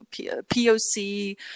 POC